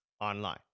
online